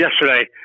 yesterday